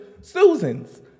Susans